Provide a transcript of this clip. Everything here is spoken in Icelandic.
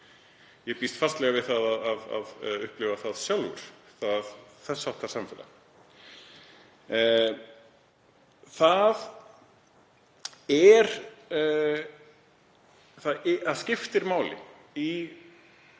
Ég býst fastlega við að upplifa það sjálfur, þess háttar samfélag. Það skiptir máli